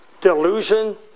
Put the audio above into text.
delusion